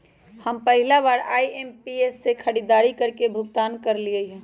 हम पहिला बार आई.एम.पी.एस से खरीदारी करके भुगतान करलिअई ह